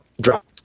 Drop